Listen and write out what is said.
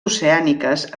oceàniques